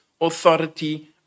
authority